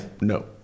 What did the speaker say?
No